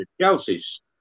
Chelsea's